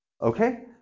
Okay